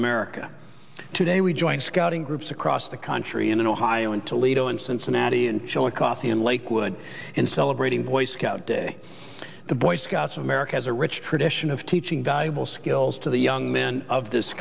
america today we join scouting groups across the country and in ohio in toledo in cincinnati and chillicothe in lakewood and celebrating boy scout day the boy scouts of america has a rich tradition of teaching valuable skills to the young men of this